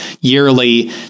yearly